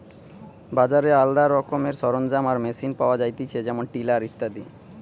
বাজারে আলদা রকমের সরঞ্জাম আর মেশিন পাওয়া যায়তিছে যেমন টিলার ইত্যাদি